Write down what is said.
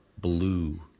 blue